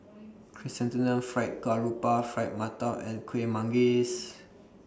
Chrysanthemum Fried Garoupa Fried mantou and Kueh Manggis